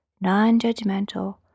non-judgmental